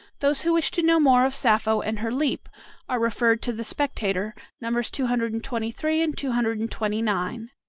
those who wish to know more of sappho and her leap are referred to the spectator, nos. two hundred and twenty three and two hundred and twenty nine.